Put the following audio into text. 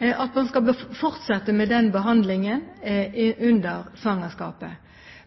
at man skal fortsette med den behandlingen under svangerskapet.